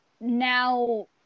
now